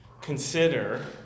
consider